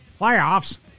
playoffs